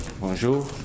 Bonjour